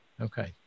Okay